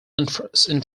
infrastructure